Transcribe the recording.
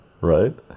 right